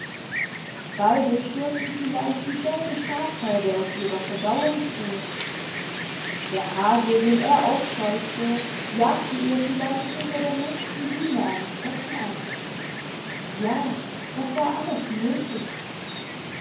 beide störten vielleicht dieselbe schafherde aus ihrer verdauungsruhe der hase den er aufscheuchte jagte ihr vielleicht hinter der nächsten düne einen schrecken ein ja das war alles möglich